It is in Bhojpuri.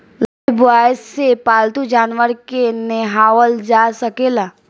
लाइफब्वाय से पाल्तू जानवर के नेहावल जा सकेला